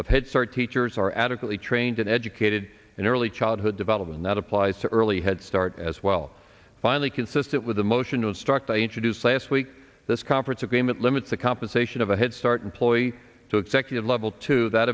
of head start teachers are adequately trained and educated in early childhood development that applies early head start as well finally consistent with the motion of struct i introduced last week this conference agreement limits the compensation of a head start employee to executive level to that